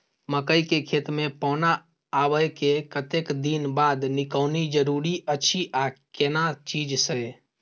मकई के खेत मे पौना आबय के कतेक दिन बाद निकौनी जरूरी अछि आ केना चीज से?